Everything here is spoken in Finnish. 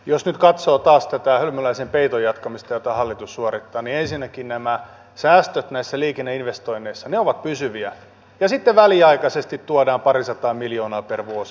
jos nyt katsoo taas tätä hölmöläisen peiton jatkamista jota hallitus suorittaa niin ensinnäkin nämä säästöt näissä liikenneinvestoinneissa ovat pysyviä ja sitten väliaikaisesti tuodaan parisataa miljoonaa per vuosi